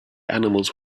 animals